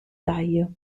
taglio